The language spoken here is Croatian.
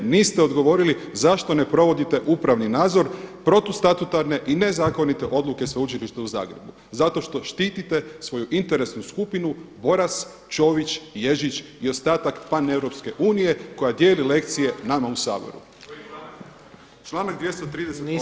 Niste odgovorili zašto ne provodite upravni nadzor protustatutarne i nezakonite odluke Sveučilišta u Zagrebu zato što štitite svoju interesnu skupinu Boras, Čović, Ježić i ostatak paneuropske unije koja dijeli lekcije nama u Saboru. … [[Upadica: Govornik nije uključen, ne čuje se.]] Članak 238.